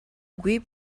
үгүй